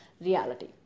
reality